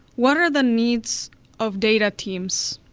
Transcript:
what are the needs of data teams?